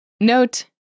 Note